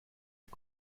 est